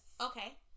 Okay